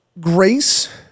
grace